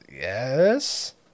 yes